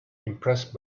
impressed